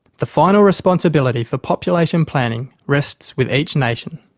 the final responsibility for population planning rests with each nation.